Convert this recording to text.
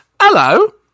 Hello